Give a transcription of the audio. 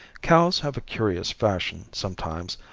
cows have a curious fashion, sometimes,